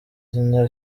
zina